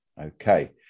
Okay